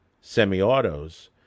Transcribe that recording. semi-autos